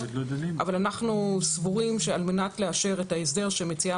אבל אנחנו סבורים שעל מנת לאשר את ההסדר שמציעה